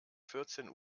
vierzehn